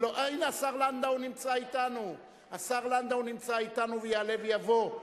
הנה השר לנדאו נמצא אתנו ויעלה ויבוא,